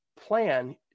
plan